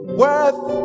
worth